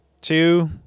two